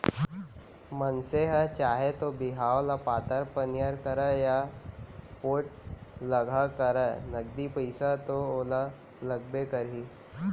मनसे ह चाहे तौ बिहाव ल पातर पनियर करय या पोठलगहा करय नगदी पइसा तो ओला लागबे करही